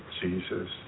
Jesus